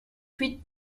huit